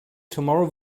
tomorrow